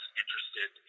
interested